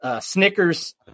Snickers